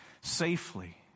safely